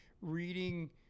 reading